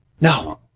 No